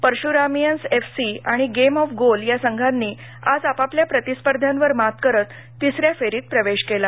Parshuramians FC आणि game of goal या संघांनी आज आपापल्या प्रतिस्पर्ध्यांवर मात करत तिस या फेरीत प्रवेश केला